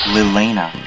Lilena